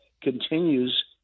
continues